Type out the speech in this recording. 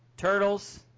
Turtles